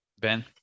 Ben